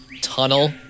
tunnel